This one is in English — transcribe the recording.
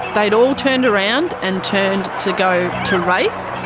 they had all turned around and turned to go to race.